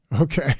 Okay